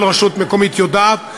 כל רשות מקומית יודעת,